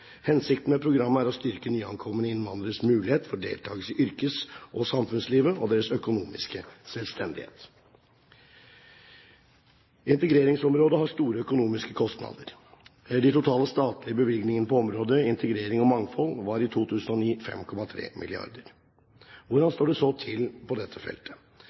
Hensikten med programmet er å styrke nyankomne innvandreres mulighet for deltakelse i yrkes- og samfunnslivet og deres økonomiske selvstendighet. Integreringsområdet har store økonomiske kostnader. De totale statlige bevilgningene på området integrering og mangfold var i 2009 5,3 mrd. kr. Hvordan står det så til på dette feltet?